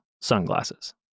sunglasses